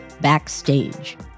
Backstage